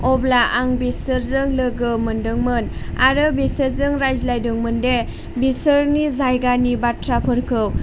अब्ला आं बिसोरजों लोगो मोनदोंमोन आरो बिसोरजों रायज्लायदोंमोन दि बिसोरनि जायगानि बाथ्राफोरखौ